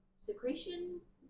secretions